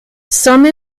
some